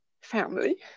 family